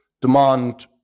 demand